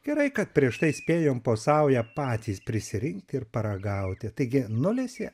gerai kad prieš tai spėjom po saują patys prisirinkti ir paragauti taigi nulesė